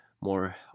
more